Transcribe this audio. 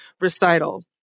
recital